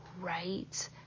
right